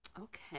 Okay